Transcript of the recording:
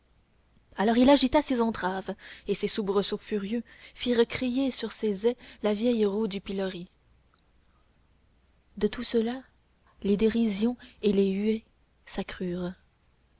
alors il s'agita dans ses entraves et ses soubresauts furieux firent crier sur ses ais la vieille roue du pilori de tout cela les dérisions et les huées